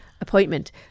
appointment